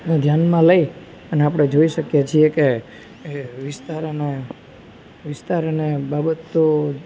ને ધ્યાનમાં લઈ અને આપણે જોઈ શકીએ છીએ કે એ વસી વિસ્તારને વિસ્તારને બાબતો